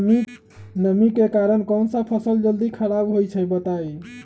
नमी के कारन कौन स फसल जल्दी खराब होई छई बताई?